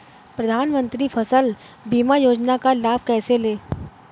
प्रधानमंत्री फसल बीमा योजना का लाभ कैसे लें?